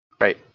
right